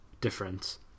difference